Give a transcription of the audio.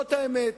זאת האמת,